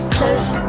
Close